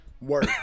work